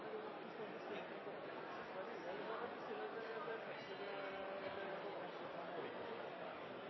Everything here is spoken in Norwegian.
i